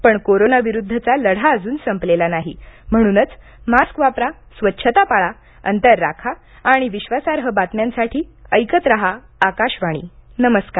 पण कोरोनाविरुद्धचा लढा संपलेला नाही म्हणूनच मास्क वापरा स्वच्छता पाळा अंतर राखा आणि विश्वासार्ह बातम्यांसाठी ऐकत राहा आकाशवाणी नमस्कार